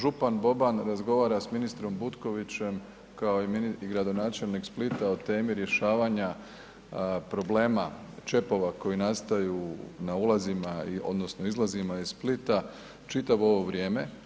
Župan Boban razgovara sa ministrom Butkovićem kao i gradonačelnik Splita o temi rješavanja problema čepova koji nastaju na ulazima, odnosno izlazima iz Splita čitavo ovo vrijeme.